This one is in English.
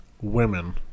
women